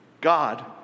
God